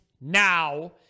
now